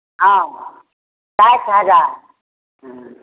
हँ साठि हजार ह्म्म